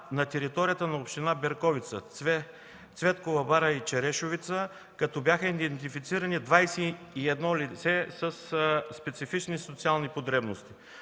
на територията на община Берковица – Цветкова бара и Черешовица, като бяха идентифицирани 21 лица със специфични социални потребности.